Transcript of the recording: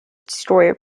destroyer